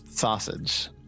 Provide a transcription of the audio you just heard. sausage